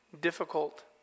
difficult